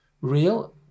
real